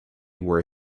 were